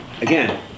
Again